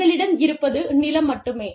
உங்களிடம் இருப்பது நிலம் மட்டுமே